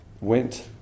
went